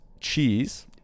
cheese